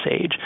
age